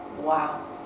Wow